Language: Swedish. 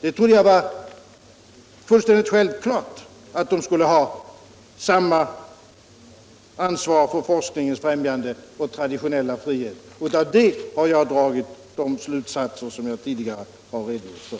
Jag trodde att det var fullständigt självklart att de skulle ha samma ansvar för forskningens främjande och traditionella frihet, och därav har jag dragit de slutsatser som jag tidigare har redogjort för.